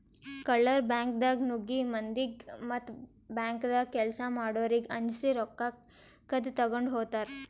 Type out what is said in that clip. ಕಳ್ಳರ್ ಬ್ಯಾಂಕ್ದಾಗ್ ನುಗ್ಗಿ ಮಂದಿಗ್ ಮತ್ತ್ ಬ್ಯಾಂಕ್ದಾಗ್ ಕೆಲ್ಸ್ ಮಾಡೋರಿಗ್ ಅಂಜಸಿ ರೊಕ್ಕ ಕದ್ದ್ ತಗೊಂಡ್ ಹೋತರ್